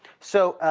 so